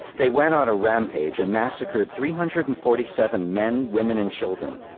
they went on a rampage and massacred three hundred and forty seven men, women, and children.